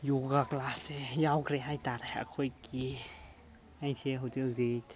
ꯌꯣꯒꯥ ꯀ꯭ꯂꯥꯁꯁꯦ ꯌꯥꯎꯈ꯭ꯔꯦ ꯍꯥꯏ ꯇꯥꯔꯦ ꯑꯩꯈꯣꯏꯒꯤ ꯑꯩꯁꯦ ꯍꯧꯖꯤꯛ ꯍꯧꯖꯤꯛ